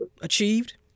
achieved